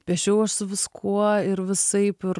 piešiau aš su viskuo ir visaip ir